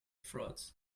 frauds